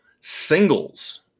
singles